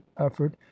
effort